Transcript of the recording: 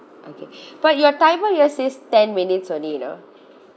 okay but your timer you all says ten minutes only you know